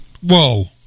whoa